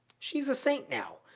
she's a saint now.